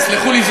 וסלחו לי,